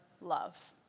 love